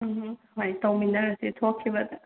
ꯍꯝ ꯍꯣꯏ ꯇꯧꯃꯤꯟꯅꯔꯁꯦ ꯊꯣꯛꯈꯤꯕꯗ